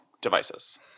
devices